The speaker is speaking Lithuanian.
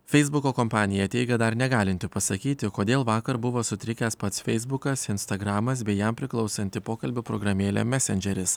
feisbuko kompanija teigia dar negalinti pasakyti kodėl vakar buvo sutrikęs pats feisbukas instagramas bei jam priklausanti pokalbių programėlę mesendžeris